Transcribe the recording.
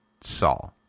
Saul